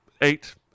eight